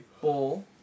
bowl